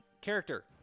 character